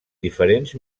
diferents